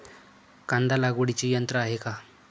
कांदा लागवडीचे यंत्र आहे का?